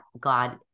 God